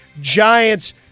Giants